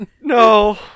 no